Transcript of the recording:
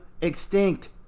extinct